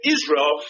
Israel